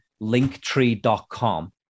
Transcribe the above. linktree.com